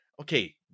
Okay